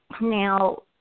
Now